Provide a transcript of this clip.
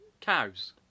Cows